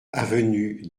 avenue